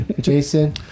Jason